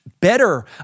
better